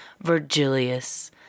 Virgilius